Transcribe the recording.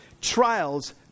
Trials